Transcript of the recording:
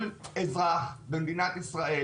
זאת בדרך כלל עבירה קלה מאוד.